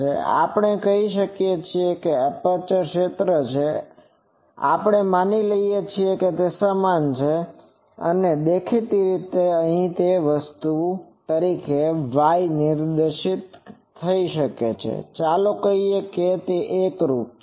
તેથી આપણે કહી શકીએ કે એપ્રેચર ક્ષેત્ર આપણે માની લઈએ છીએ કે તે સમાન છે અને દેખીતી રીતે અહીં તે વસ્તુ તરીકે y નિર્દેશિત થશે અને ચાલો કહીએ કે તે એકરૂપ છે